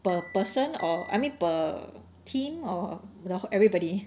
per person or I mean per team or everybody